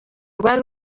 rwari